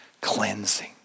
cleansing